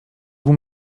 vous